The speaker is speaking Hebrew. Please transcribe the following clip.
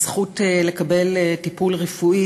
הזכות לקבל טיפול רפואי,